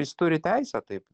jis turi teisę taip